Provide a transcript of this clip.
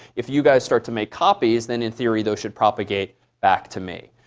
if you guys start to make copies, then in theory those should propagate back to me.